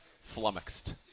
flummoxed